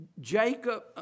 Jacob